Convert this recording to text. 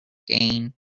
gain